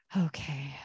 Okay